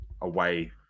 away